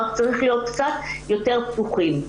רק צריך להיות קצת יותר פתוחים.